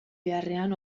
beharrean